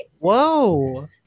Whoa